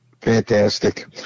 Fantastic